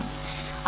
சரி